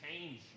change